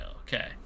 Okay